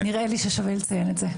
שווה לציין את זה.